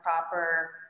proper